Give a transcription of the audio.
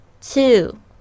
Two